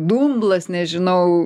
dumblas nežinau